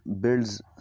builds